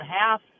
half